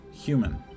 human